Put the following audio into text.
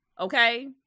Okay